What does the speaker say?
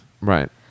Right